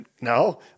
No